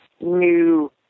new